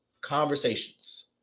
conversations